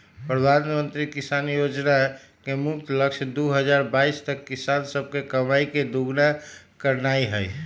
प्रधानमंत्री किसान जोजना के मुख्य लक्ष्य दू हजार बाइस तक किसान सभके कमाइ के दुगुन्ना करनाइ हइ